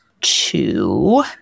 two